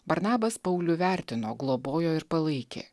barnabas paulių vertino globojo ir palaikė